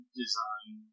design